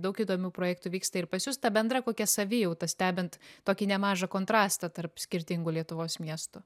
daug įdomių projektų vyksta ir pas jus ta bendra kokia savijauta stebint tokį nemažą kontrastą tarp skirtingų lietuvos miestų